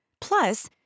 Plus